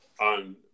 on –